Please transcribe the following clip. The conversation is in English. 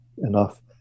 enough